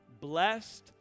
blessed